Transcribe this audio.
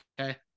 okay